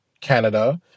Canada